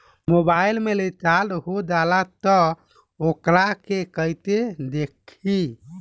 Mobile में recharge हो जाला त वोकरा के कइसे देखी?